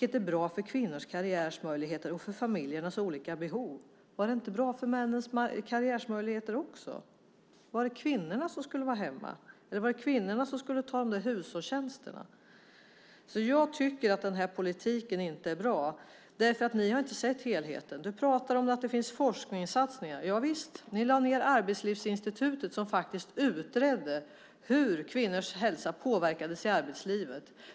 Det är bra för kvinnors karriärmöjligheter och för familjernas olika behov. Var det inte bra för männens karriärmöjligheter också? Var det kvinnorna som skulle vara hemma? Eller var det kvinnorna som skulle ta de där hushållstjänsterna? Jag tycker att den här politiken inte är bra därför att ni inte har sett helheten. Ministern pratar om att det finns forskningssatsningar. Javisst, ni lade ned Arbetslivsinstitutet, som faktiskt utredde hur kvinnors hälsa påverkades i arbetslivet.